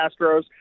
Astros